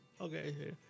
Okay